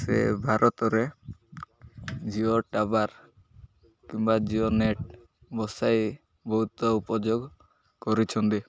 ସେ ଭାରତରେ ଜିଓ ଟାୱାର୍ କିମ୍ବା ଜିଓ ନେଟ୍ ବସାଇ ବହୁତ ଉପଯୋଗ କରୁଛନ୍ତି